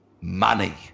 Money